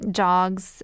dogs